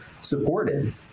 supported